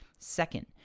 second,